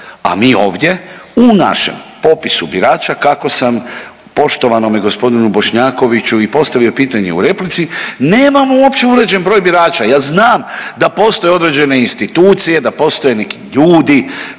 A mi ovdje u našem popisu birača kako sam poštovanome Bošnjakoviću i postavio pitanje u replici nemamo uopće uređen broj birača. Ja znam da postoje određene institucije, da postoje neki ljudi